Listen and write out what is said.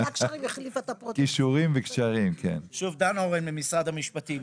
דן אורן ממשרד המשפטים.